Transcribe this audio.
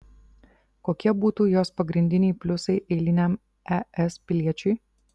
kokie būtų jos pagrindiniai pliusai eiliniam es piliečiui